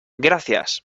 gracias